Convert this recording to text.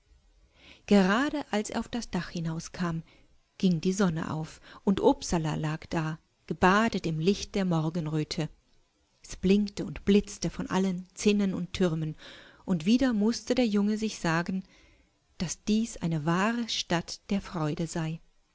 gerade als er auf das dach hinauskam ging die sonne auf und upsala lag da gebadet im licht der morgenröte es blinkte und blitzte von allen zinnen und türmen und wieder mußte der junge sich sagen daßdieseinewahrestadtderfreudesei washattestdunureinmal sagtederrabe